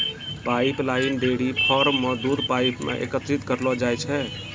pipeline dairy farm म दूध pipe सें एकत्रित करलो जाय छै